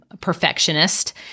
perfectionist